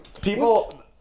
People